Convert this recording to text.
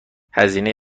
هزینه